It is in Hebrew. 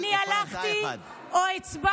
השר לביזיון לאומי, זה מה שאתה.